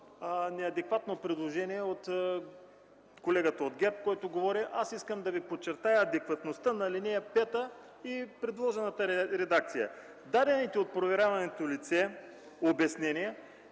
неадекватно предложение от колегата от ГЕРБ, който говори. Аз искам да Ви подчертая адекватността на ал. 5 и предложената редакция: Дадените от проверяваното лице обяснения,